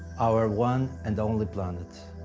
our one and only, planet.